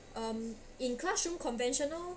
um in classroom conventional